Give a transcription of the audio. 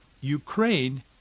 Ukraine